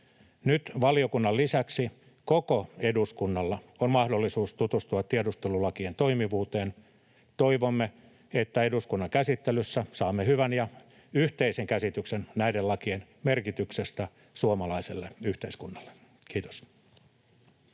Nyt valiokunnan lisäksi koko eduskunnalla on mahdollisuus tutustua tiedustelulakien toimivuuteen. Toivomme, että eduskunnan käsittelyssä saamme hyvän ja yhteisen käsityksen näiden lakien merkityksestä suomalaiselle yhteiskunnalle. — Kiitos.